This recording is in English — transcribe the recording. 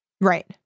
Right